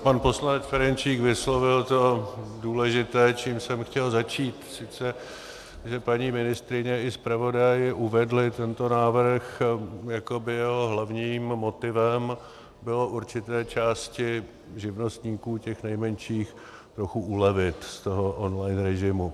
Pan poslanec Ferjenčík vyslovil to důležité, čím jsem chtěl začít, a sice že paní ministryně i zpravodaj uvedli tento návrh, jako by jeho hlavním motivem bylo určité části živnostníků, těch nejmenších, trochu ulevit z toho online režimu.